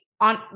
on